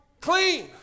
clean